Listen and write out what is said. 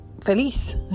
Feliz